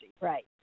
right